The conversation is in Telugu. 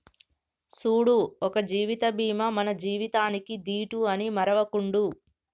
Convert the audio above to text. సూడు ఒక జీవిత బీమా మన జీవితానికీ దీటు అని మరువకుండు